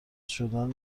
شدن